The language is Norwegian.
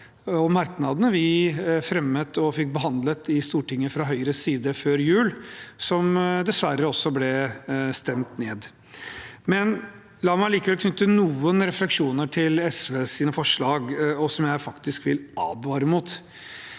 Høyres side fremmet og fikk behandlet i Stortinget før jul, som dessverre også ble stemt ned. La meg allikevel knytte noen refleksjoner til SVs forslag, som jeg faktisk vil advare mot.